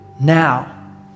now